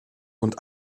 und